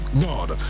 god